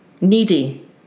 needy